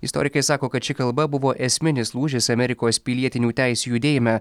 istorikai sako kad ši kalba buvo esminis lūžis amerikos pilietinių teisių judėjime